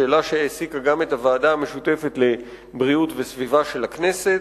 שאלה שהעסיקה גם את הוועדה המשותפת לבריאות וסביבה של הכנסת,